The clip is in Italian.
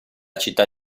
città